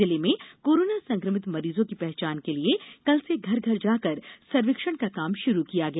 जिले में घर घर कोरोना संक्रमित मरीजों की पहचान के लिए कल से घर घर जाकर सर्वेक्षण का काम षुरू किया गया